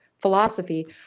philosophy